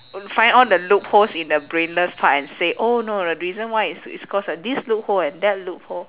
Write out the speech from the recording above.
find all the loopholes in the brainless part and say oh no the reason why it's it's cause of this loophole and that loophole